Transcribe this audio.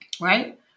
right